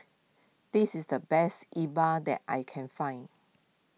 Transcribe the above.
this is the best E Bua that I can find